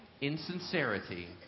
insincerity